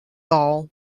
all